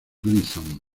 gleason